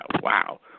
wow